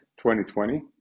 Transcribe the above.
2020